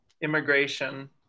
immigration